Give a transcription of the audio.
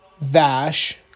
Vash